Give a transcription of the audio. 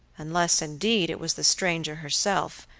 unless, indeed, it was the stranger herself,